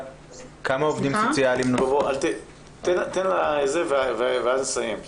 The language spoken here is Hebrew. תן לה ואז נסיים.